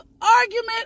argument